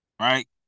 Right